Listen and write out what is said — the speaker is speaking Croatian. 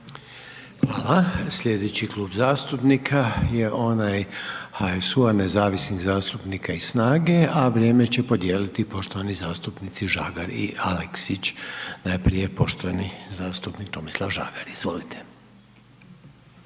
Hvala. Sljedeći klub zastupnika je onaj HSU-a nezavisnih zastupnika i Snaga-e, a vrijeme će podijeliti poštovani zastupnici Žagar i Aleksić. Najprije poštovani zastupnik Tomislav Žagar. Izvolite.